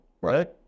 right